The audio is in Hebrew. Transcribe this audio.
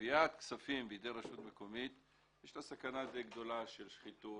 גביית כספים בידי רשות מקומית יש בה סכנה גדולה למדי של שחיתות,